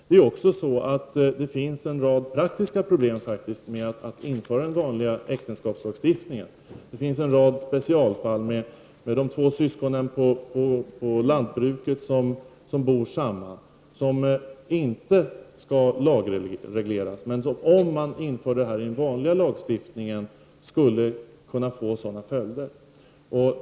Det finns en rad praktiska problem med att införa den vanliga äktenskapslagstiftningen, t.ex. specialfallet med de två syskonen som bor samman på en lantgård. Deras förhållande skall inte lagregleras, men det skulle kunna få sådana följder om man införde detta i den vanliga lagstiftningen.